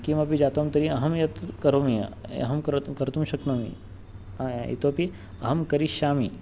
किमपि जातं तर्हि अहमेतत् करोमि अहं करोतु कर्तुं शक्नोमि इतोपि अहं करिष्यामि